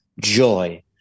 Joy